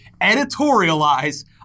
editorialize